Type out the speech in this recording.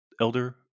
elder